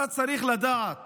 אתה צריך לדעת